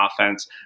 offense